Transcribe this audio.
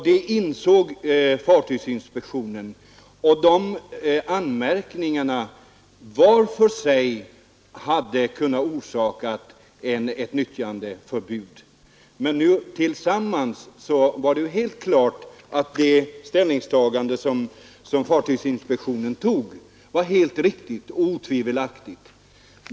Detta insåg fartygsinspektionen, och anmärkningarna hade var för sig kunnat orsaka ett nyttjandeförbud. Det är helt klart att fartygsinspektionens ställningstagande var riktigt.